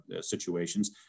situations